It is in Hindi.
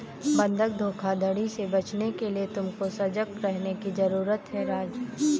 बंधक धोखाधड़ी से बचने के लिए तुमको सजग रहने की जरूरत है राजु